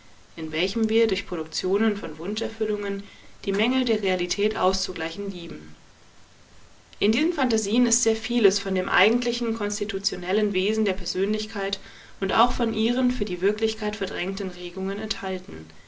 in welchem wir durch produktionen von wunscherfüllungen die mängel der realität auszugleichen lieben in diesen phantasien ist sehr vieles von dem eigentlichen konstitutionellen wesen der persönlichkeit und auch von ihren für die wirklichkeit verdrängten regungen enthalten